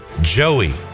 Joey